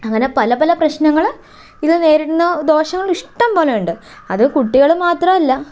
അങ്ങനെ പല പല പ്രശ്നങ്ങള് ഇത് നേരിടുന്ന ദോഷങ്ങള് ഇഷ്ടം പോലെ ഉണ്ട് അത് കുട്ടികളും മാത്രല്ല